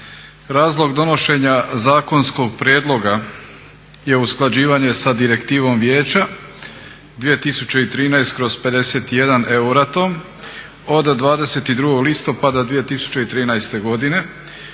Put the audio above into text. razlog donošenja zakonskog prijedloga je usklađivanje sa direktivnom Vijeća 2013/51 EURAT-om od 22.listopada 2013.godine